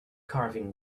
carving